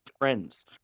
friends